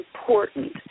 important